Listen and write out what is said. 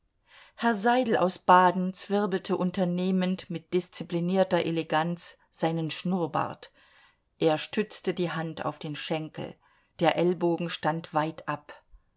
herr seidel aus baden zwirbelte unternehmend mit disziplinierter eleganz seinen schnurrbart er stützte die hand auf den schenkel der ellbogen stand weit ab